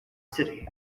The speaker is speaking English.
city